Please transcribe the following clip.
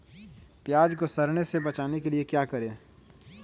प्याज को सड़ने से बचाने के लिए क्या करें?